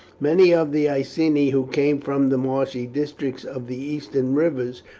many of the iceni, who came from the marshy districts of the eastern rivers,